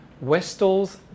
Westall's